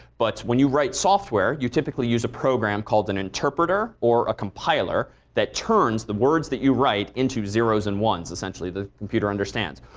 but when you write software you typically use a program called an interpreter or a compiler that turns the words that you write into zeros and ones, essentially, the computer understands.